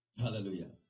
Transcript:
hallelujah